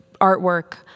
artwork